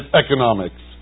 economics